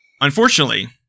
unfortunately